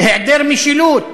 להיעדר משילות,